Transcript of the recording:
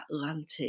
Atlantic